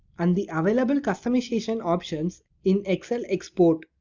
and the available customization options in excel export.